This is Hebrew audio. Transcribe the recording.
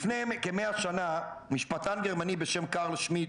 לפני כמאה שנה משפטן גרמני בשם קארל שמידט